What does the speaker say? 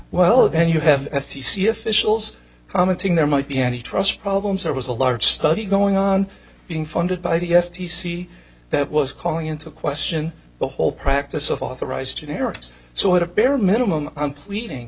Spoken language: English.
well then you have f t c officials commenting there might be any trust problems there was a large study going on being funded by the f t c that was calling into question the whole practice of authorized generics so at a bare minimum i'm pleading